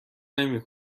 نمی